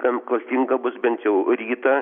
gan klastinga bus bent jau rytą